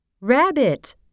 Rabbit